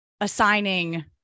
assigning